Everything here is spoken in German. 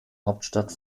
hauptstadt